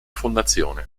fondazione